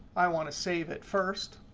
i want to save it. first,